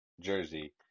jersey